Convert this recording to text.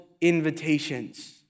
invitations